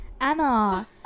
Anna